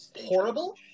horrible